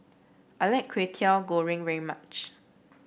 I like Kwetiau Goreng very much